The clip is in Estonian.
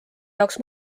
jaoks